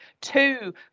two